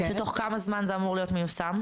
ותוך כמה זמן זה אמור להיות אמור מיושם?